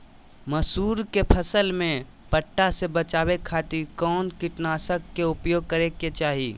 मसूरी के फसल में पट्टा से बचावे खातिर कौन कीटनाशक के उपयोग करे के चाही?